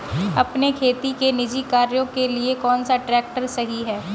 अपने खेती के निजी कार्यों के लिए कौन सा ट्रैक्टर सही है?